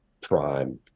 prime